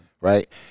right